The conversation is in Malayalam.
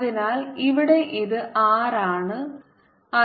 അതിനാൽ ഇവിടെ ഇത് R ആണ്